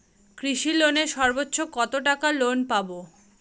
কৃষি লোনে সর্বোচ্চ কত টাকা লোন পাবো?